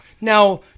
Now